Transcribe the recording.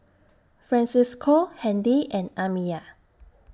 Francisco Handy and Amiyah